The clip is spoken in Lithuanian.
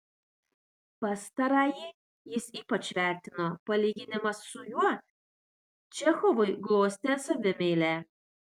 pastarąjį jis ypač vertino palyginimas su juo čechovui glostė savimeilę